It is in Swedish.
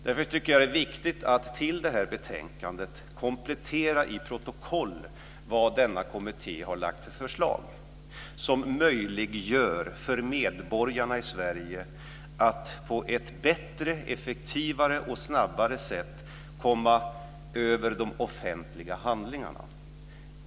Därför tycker jag att det är viktigt att det här betänkandet kompletteras i protokollet med de förslag som denna kommitté har lagt fram, som möjliggör för medborgarna i Sverige att på ett bättre, effektivare och snabbare sätt komma över de offentliga handlingarna.